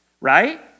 right